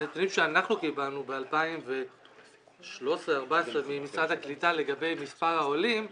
הנתונים שאנחנו קיבלנו ב-2013-2014 ממשרד הקליטה לגבי מספר העולים,